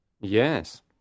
Yes